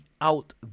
out